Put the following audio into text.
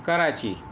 Karachi